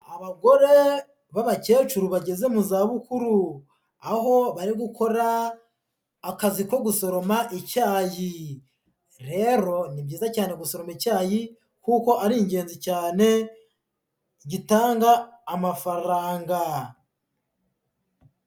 Abagore b'abakecuru bageze mu zabukuru, aho bari gukora akazi ko gusoroma icyayi, rero ni byiza cyane gushora icyayi kuko ari ingenzi cyane gitanga amafaranga.